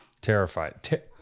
Terrified